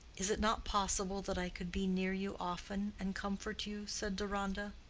is it not possible that i could be near you often and comfort you? said deronda.